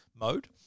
mode